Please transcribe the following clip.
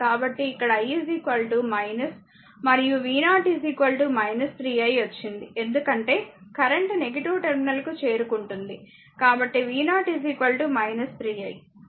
కాబట్టి ఇక్కడ i మరియు v0 3 i వచ్చింది ఎందుకంటే కరెంట్ టెర్మినల్కు చేరుకుంటుంది కాబట్టి v0 3 i